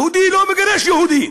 יהודי לא מגרש יהודי.